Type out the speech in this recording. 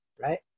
right